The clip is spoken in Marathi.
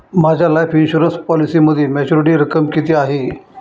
माझ्या लाईफ इन्शुरन्स पॉलिसीमध्ये मॅच्युरिटी रक्कम किती आहे?